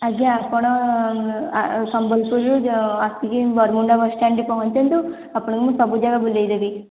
ଆଜ୍ଞା ଆପଣ ସମ୍ବଲପୁର ରୁ ଆସିକି ବରମୁଣ୍ଡା ବସ୍ ଷ୍ଟାଣ୍ଡ ରେ ପହଞ୍ଚନ୍ତୁ ଆପଣଙ୍କୁ ମୁଁ ସବୁ ଯାଗା ବୁଲେଇଦେବି